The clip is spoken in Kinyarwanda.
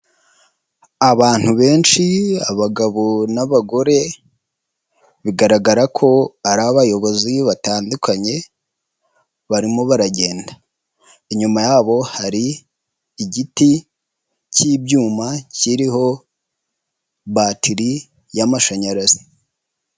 Abantu benshi abagabo n'abagore bigaragara ko ari abayobozi batandukanye barimo baragenda, inyuma yabo hari igiti cy'ibyuma kiriho batiri y'amashanyarazi.